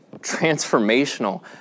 transformational